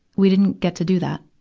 we didn't get to do that.